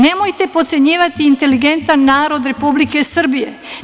Nemojte potcenjivati inteligentan narod Republike Srbije.